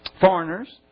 foreigners